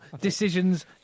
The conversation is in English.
decisions